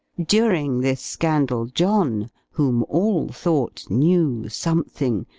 during this scandal, john, whom all thought knew something,